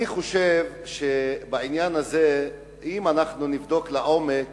אני חושב שבעניין הזה, אם אנחנו נבדוק לעומק